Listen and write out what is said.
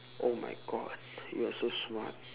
oh my god you are so smart